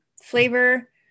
flavor